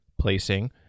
placing